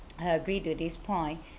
I agree to this point